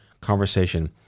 conversation